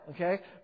okay